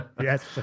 Yes